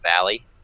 Valley